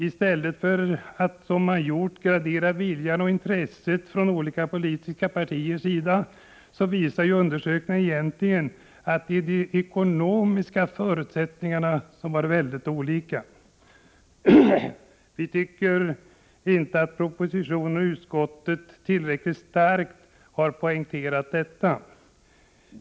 I stället för att peka på skiftande vilja och intresse från olika politiska partiers sida visar dessa undersökningars resultat dock egentligen på att det är de ekonomiska förutsättningarna som varit väldigt olika. Vi tycker inte att man i propositionen och i utskottsmajoritetens skrivning tillräckligt starkt har poängterat detta.